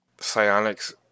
psionics